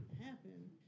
happen